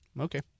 Okay